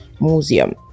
Museum